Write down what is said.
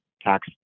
tax